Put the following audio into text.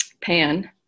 Pan